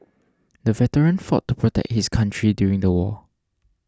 the veteran fought to protect his country during the war